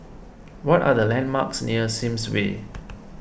what are the landmarks near Sims Way